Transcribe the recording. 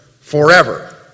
forever